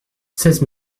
seize